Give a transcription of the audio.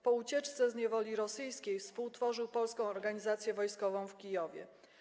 Po ucieczce z niewoli rosyjskiej współtworzył Polską Organizację Wojskową w Kijowie.